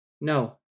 No